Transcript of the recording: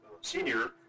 senior